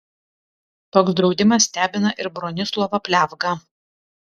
toks draudimas stebina ir bronislovą pliavgą